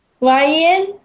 Ryan